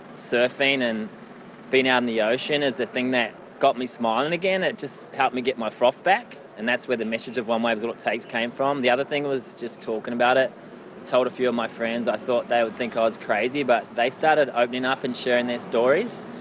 surfing and being out in the ocean is the thing that got me smiling and again, it just helped me get my froth back, and that's where the message of one wave is all it takes came from. the other thing was just talking about it. i told a few of my friends. i thought they would think i was crazy but they started opening up and sharing their stories.